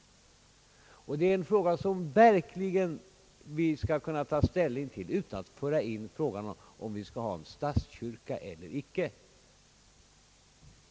Det är en fråga som vi verkligen skall kunna ta ställning till utan att föra in frågan om vi skall ha en statskyrka eller icke.